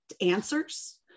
answers